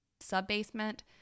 sub-basement